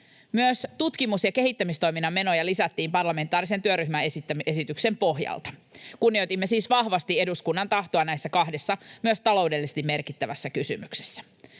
Myös tutkimus- ja kehittämistoiminnan menoja lisätiin parlamentaarisen työryhmän esityksen pohjalta. Kunnioitimme siis vahvasti eduskunnan tahtoa näissä kahdessa, myös taloudellisesti merkittävässä kysymyksessä.